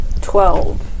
Twelve